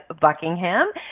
Buckingham